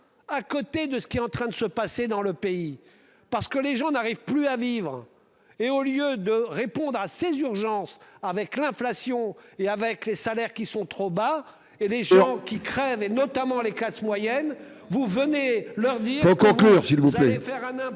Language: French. À côté de ce qui est en train de se passer dans le pays parce que les gens n'arrivent plus à vivre et au lieu de répondre à ces urgences avec l'inflation et avec les salaires qui sont trop bas et les gens qui crèvent et notamment les classes moyennes vous venez leur dire conclure s'il vous plaît faire un impôt